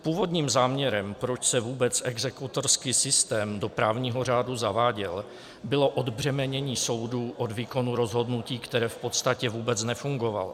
Původním záměrem, proč se vůbec exekutorský systém do právního řádu zaváděl, bylo odbřemenění soudů od výkonu rozhodnutí, které v podstatě vůbec nefungovalo.